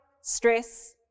stress